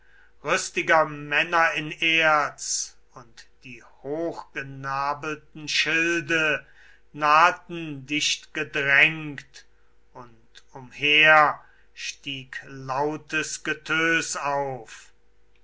rüstiger männer in erz und die hochgenabelten schilde naheten dichtgedrängt und umher stieg lautes getös auf